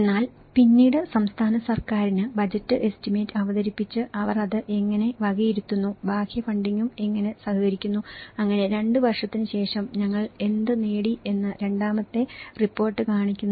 എന്നാൽ പിന്നീട് സംസ്ഥാന സർക്കാരിന് ബജറ്റ് എസ്റ്റിമേറ്റ് അവതരിപ്പിച്ച് അവർ അത് എങ്ങനെ വകയിരുത്തുന്നു ബാഹ്യ ഫണ്ടിംഗും എങ്ങനെ സഹകരിക്കുന്നു അങ്ങനെ 2 വർഷത്തിന് ശേഷം ഞങ്ങൾ എന്ത് നേടി എന്ന് രണ്ടാമത്തെ റിപ്പോർട്ട് കാണിക്കുന്നു